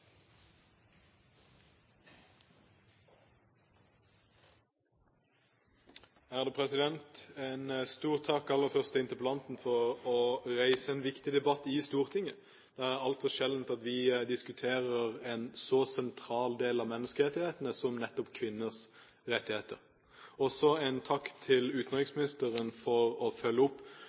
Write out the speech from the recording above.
En stor takk aller først til interpellanten for å reise en viktig debatt i Stortinget. Det er altfor sjelden at vi diskuterer en så sentral del av menneskerettighetene som nettopp kvinners rettigheter. Også en takk til utenriksministeren for å følge opp